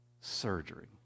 surgery